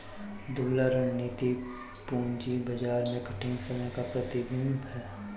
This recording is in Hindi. दुबला रणनीति पूंजी बाजार में कठिन समय का प्रतिबिंब है